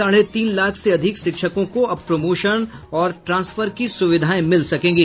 साढ़े तीन लाख से अधिक शिक्षकों को अब प्रमोशन और ट्रांसफर की सुविधाएं मिल सकेंगी